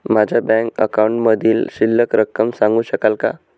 माझ्या बँक अकाउंटमधील शिल्लक रक्कम सांगू शकाल का?